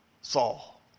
Saul